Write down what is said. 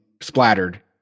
splattered